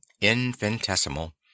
infinitesimal